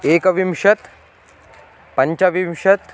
एकविंशतिः पञ्चविंशतिः